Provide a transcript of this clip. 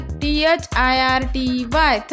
thirty